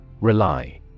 RELY